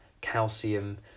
calcium